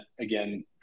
again